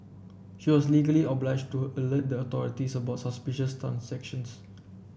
she was legally obliged to alert the authorities about suspicious transactions